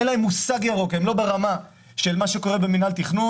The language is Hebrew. אין להם מושג מה ירוק והם לא ברמה של מינהל תכנון.